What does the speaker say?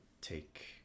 take